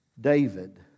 David